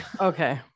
Okay